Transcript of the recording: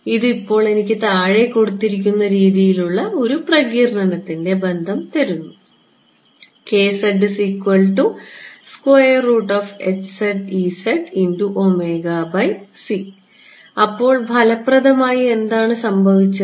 ഇത് ഇപ്പോൾ എനിക്ക് താഴെ കൊടുത്തിരിക്കുന്ന രീതിയിലുള്ള ഒരു പ്രകീർണനത്തിൻറെ ബന്ധം തരുന്നു അപ്പോൾ ഫലപ്രദമായി എന്താണ് സംഭവിച്ചത്